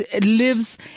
lives